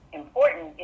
important